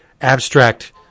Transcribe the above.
abstract